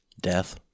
Death